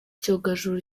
icyogajuru